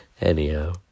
Anyhow